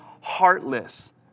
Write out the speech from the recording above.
heartless